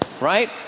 right